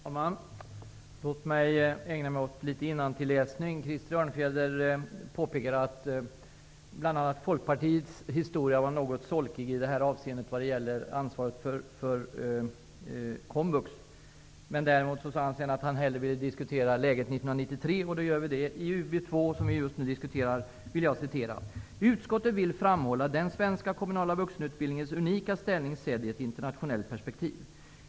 Herr talman! Låt mig ägna mig åt litet innantilläsning. Krister Örnfjäder påpekade att bl.a. Folkpartiets historia är något solkig när det gäller ansvaret för komvux. Han sade att han hellre ville diskutera läget år 1993. Då gör vi det. Jag vill citera följande ur UbU2 som vi just nu diskuterar: ''Utskottet vill framhålla den svenska kommunala vuxenutbildningens unika ställning, sedd i ett internationellt perspektiv.